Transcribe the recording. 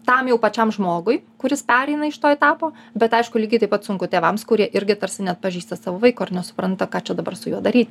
tam jau pačiam žmogui kuris pereina iš to etapo bet aišku lygiai taip pat sunku tėvams kurie irgi tarsi neatpažįsta savo vaiko ir nesupranta ką čia dabar su juo daryti